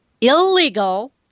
illegal